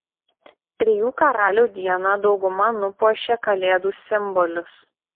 trijų karalių dieną dauguma nupuošė kalėdų simbolius